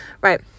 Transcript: Right